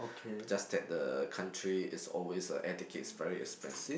just that the country is always the air ticket is very expensive